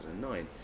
2009